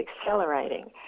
accelerating